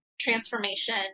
transformation